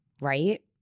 right